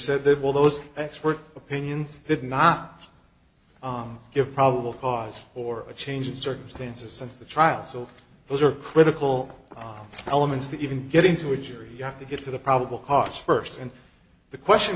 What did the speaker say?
said they will those expert opinions did not give probable cause or a change in circumstances since the trial so those are critical elements to even getting to a jury you have to get to the probable cause first and the question